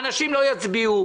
האנשים לא יצביעו,